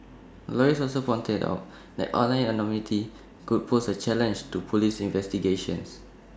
lawyers also pointed out that online anonymity could pose A challenge to Police investigations